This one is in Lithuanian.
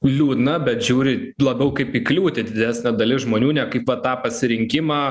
liūdna bet žiūri labiau kaip į kliūtį didesnė dalis žmonių ne kaip va tą pasirinkimą